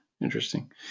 Interesting